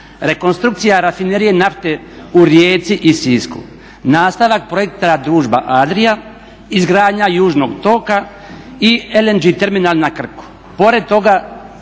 rekonstrukcija rafinerije nafte u Rijeci i Sisku, nastavak projekta Družba Adrija izgradnja južnog toka i LNG terminal na Krku.